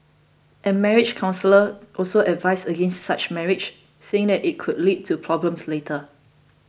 and marriage counsellors also advise against such marriages saying that it could lead to problems later